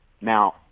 Now